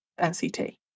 NCT